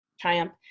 triumph